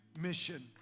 Mission